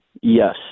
Yes